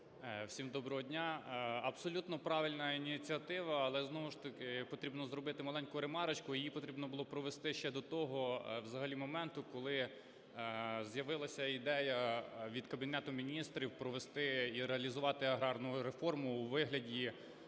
Всім доброго дня! Абсолютно правильна ініціатива. Але знову ж таки потрібно зробити маленьку ремарочку. Її потрібно було провести ще до того взагалі моменту, коли з'явилася ідея від Кабінету Міністрів провести і реалізувати аграрну реформу у вигляді